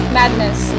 madness